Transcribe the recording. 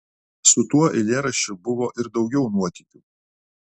su tuo eilėraščiu buvo ir daugiau nuotykių